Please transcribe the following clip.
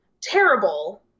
terrible